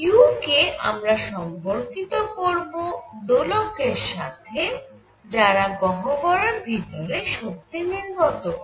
u কে আমরা সম্পর্কিত করব দোলকের সাথে যারা গহ্বরের ভিতরে শক্তি নির্গত করে